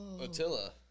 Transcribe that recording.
Attila